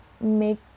make